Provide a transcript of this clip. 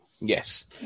yes